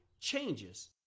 changes